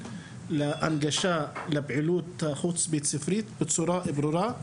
להנגשה לפעילות החוץ בית ספרית בצורה ברורה,